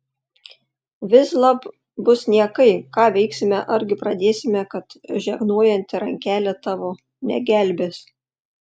vislab bus niekai ką veiksime argi pradėsime kad žegnojanti rankelė tavo negelbės